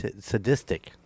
sadistic